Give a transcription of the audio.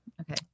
okay